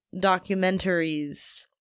documentaries